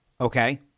Okay